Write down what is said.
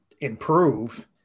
improve